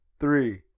Three